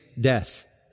death